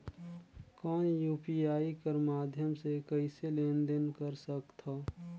कौन यू.पी.आई कर माध्यम से कइसे लेन देन कर सकथव?